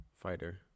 fighter